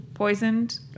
Poisoned